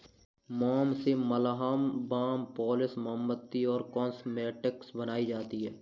मोम से मलहम, बाम, पॉलिश, मोमबत्ती और कॉस्मेटिक्स बनाई जाती है